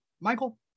Michael